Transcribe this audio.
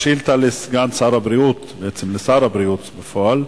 השאילתא לסגן שר הבריאות, בעצם לשר הבריאות בפועל.